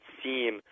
seem